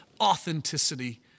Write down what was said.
authenticity